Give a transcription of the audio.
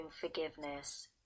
Forgiveness